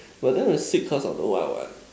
whether is sick or cause know what I want